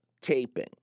taping